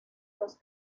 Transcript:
los